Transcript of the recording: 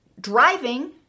driving